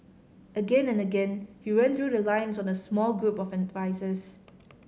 again and again he ran through the lines on a small group of advisers